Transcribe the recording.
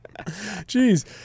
Jeez